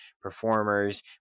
performers